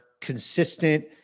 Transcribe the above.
consistent